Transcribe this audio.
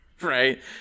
Right